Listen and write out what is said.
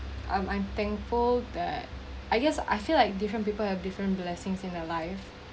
I'm I'm thankful that I guess I feel like different people have different blessings in their life